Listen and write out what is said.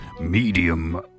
medium